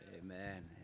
Amen